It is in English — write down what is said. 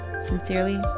Sincerely